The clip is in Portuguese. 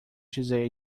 dizer